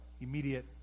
immediate